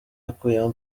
yakuyemo